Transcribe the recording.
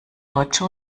deutsche